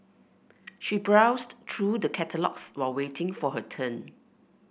she browsed through the catalogues while waiting for her turn